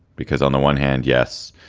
because on the one hand. yes,